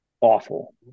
awful